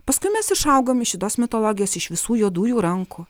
paskui mes išaugam iš šitos mitologijos iš visų juodųjų rankų